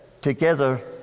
together